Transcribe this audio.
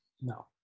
No